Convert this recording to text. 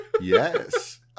Yes